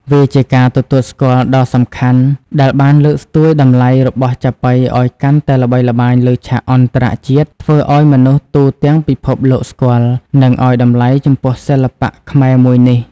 វាជាការទទួលស្គាល់ដ៏សំខាន់ដែលបានលើកស្ទួយតម្លៃរបស់ចាប៉ីឱ្យកាន់តែល្បីល្បាញលើឆាកអន្តរជាតិ ធ្វើឱ្យមនុស្សទូទាំងពិភពលោកស្គាល់ និងឱ្យតម្លៃចំពោះសិល្បៈខ្មែរមួយនេះ។